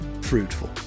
fruitful